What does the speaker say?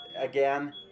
again